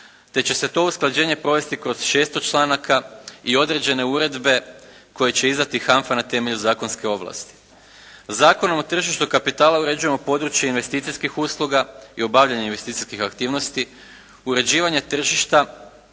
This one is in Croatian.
te će se to usklađenje provesti kroz šesto članaka i određene uredbe koje će izdati HANF-a na temelju zakonske ovlasti. Zakonom o tržištu kapitala uređujemo područje investicijskih usluga i obavljanje investicijskih aktivnosti, uređivanje tržišta